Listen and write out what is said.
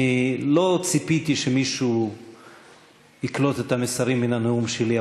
אני לא ציפיתי שמישהו יקלוט את המסרים מן הנאום שלי,